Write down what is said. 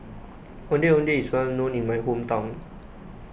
Ondeh Ondeh is well known in my hometown